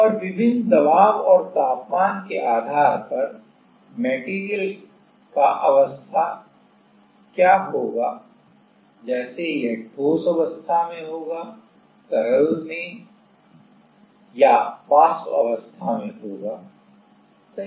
और विभिन्न दबाव और तापमान के आधार पर मैटेरियल का अवस्था क्या होगा जैसे यह ठोस अवस्था में होगा तरल अवस्था या वाष्प अवस्था होगा सही